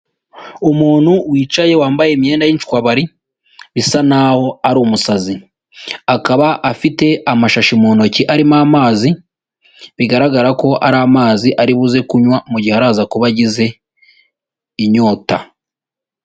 Umuntu wicaye wambaye imyenda yishwabari bisa naho ari umusazi akaba afite amashashi mu ntoki arimo amazi bigaragara ko ari amazi aribuzeze kunywa mu gihe araza kuba agize inyota.